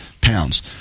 pounds